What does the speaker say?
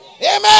Amen